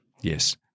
Yes